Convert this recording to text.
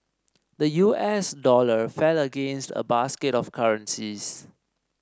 the U S dollar fell against a basket of currencies